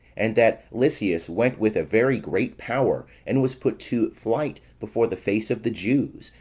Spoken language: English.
and that lysias went with a very great power, and was put to flight before the face of the jews,